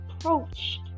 approached